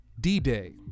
D-Day